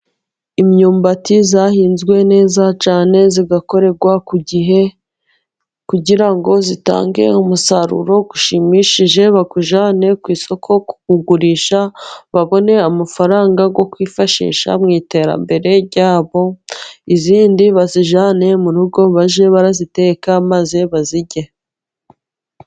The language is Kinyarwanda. Imyumbati yahinzwe neza cyane igakorerwa ku gihe, kugira ngo itange umusaruro ushimishije, bawujyane ku isoko kuwugurisha babone amafaranga yo kwifashisha mu iterambere ryabo. Iyindi bayijyane mu rugo bajye barayiteka maze bayirye.